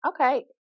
Okay